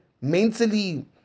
mentally